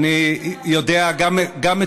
אני בטוחה שאת